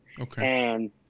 Okay